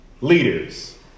leaders